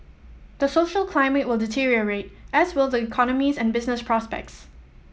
the social climate will deteriorate as will the economies and business prospects